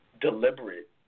deliberate